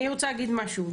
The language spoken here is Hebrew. אני רוצה להגיד משהו.